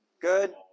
Good